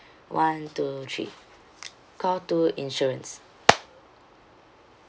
one two three call two insurance